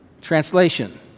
Translation